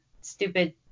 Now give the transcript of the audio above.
stupid